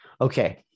Okay